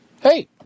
Hey